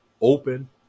open